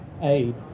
aid